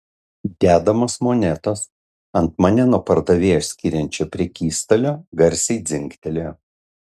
dedamos monetos ant mane nuo pardavėjo skiriančio prekystalio garsiai dzingtelėjo